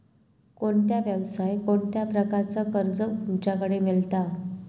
कोणत्या यवसाय कोणत्या प्रकारचा कर्ज तुमच्याकडे मेलता?